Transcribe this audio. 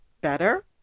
better